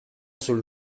sul